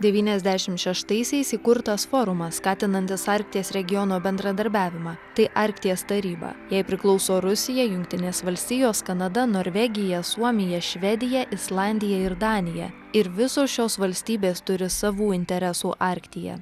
devyniasdešim šeštaisiais įkurtas forumas skatinantis arkties regiono bendradarbiavimą tai arkties taryba jai priklauso rusija jungtinės valstijos kanada norvegija suomija švedija islandija ir danija ir visos šios valstybės turi savų interesų arktyje